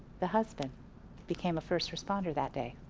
the husband became a first responder that day.